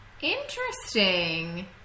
Interesting